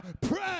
pray